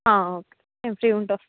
okay నేను free ఉంటే వస్తా